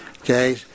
Okay